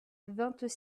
vingt